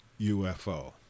UFO